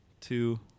two